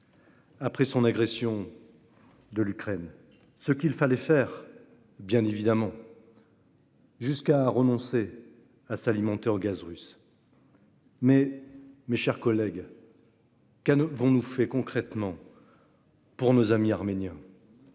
après son agression de l'Ukraine- il fallait bien évidemment le faire -, jusqu'à renoncer à nous alimenter en gaz russe. Mais, mes chers collègues, qu'avons-nous fait concrètement pour nos amis arméniens ?